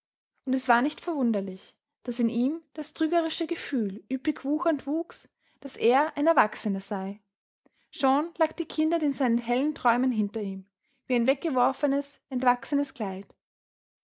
und es war nicht verwunderlich daß in ihm das trügerische gefühl üppig wuchernd wuchs daß er ein erwachsener sei schon lag die kindheit in seinen hellen träumen hinter ihm wie ein weggeworfenes entwachsenes kleid